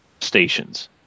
stations